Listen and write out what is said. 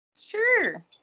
Sure